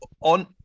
on